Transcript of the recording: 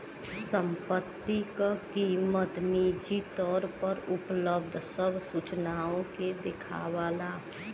संपत्ति क कीमत निजी तौर पर उपलब्ध सब सूचनाओं के देखावला